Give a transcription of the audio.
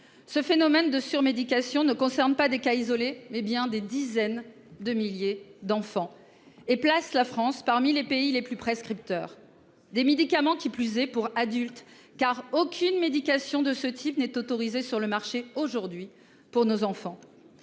Ce phénomène de sur-médication ne concerne pas des cas isolés mais bien des dizaines de milliers d'enfants et place la France parmi les pays les plus prescripteurs des médicaments qui plus est pour adultes car aucune médication de ce type n'est autorisé sur le marché aujourd'hui pour nos enfants.